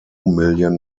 million